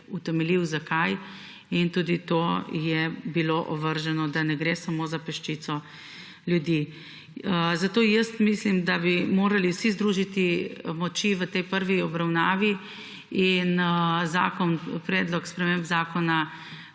utemeljil, zakaj, in tudi to je bilo ovrženo, ne gre samo za peščico ljudi. Mislim, da bi morali vsi združiti moči v tej prvi obravnavi in predlog sprememb Zakona